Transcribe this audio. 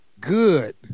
Good